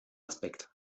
aspekt